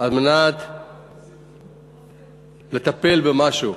כדי לטפל במשהו.